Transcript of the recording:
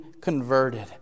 converted